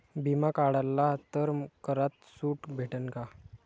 बिमा काढला तर करात सूट भेटन काय?